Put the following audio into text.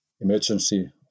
emergency